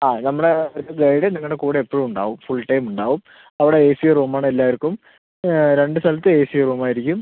ആ നമ്മുടെ ഗൈഡ് നിങ്ങളുടെ കൂടെ എപ്പോഴും ഉണ്ടാവും ഫുൾ ടൈം ഉണ്ടാവും അവിടെ എ സി റൂം ആണ് എല്ലാവർക്കും രണ്ട് സ്ഥലത്തും എ സി റൂം ആയിരിക്കും